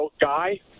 guy